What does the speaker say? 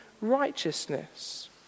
righteousness